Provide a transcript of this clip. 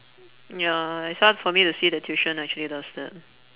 ya it's hard for me to see that tuition actually does that